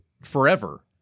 forever